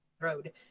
road